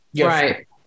Right